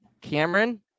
Cameron